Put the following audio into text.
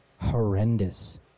horrendous